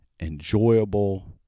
enjoyable